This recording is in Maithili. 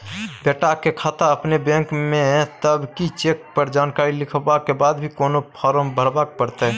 बेटा के खाता अपने बैंक में ये तब की चेक पर जानकारी लिखवा के बाद भी कोनो फारम भरबाक परतै?